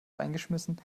eingeschmissen